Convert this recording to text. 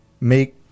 make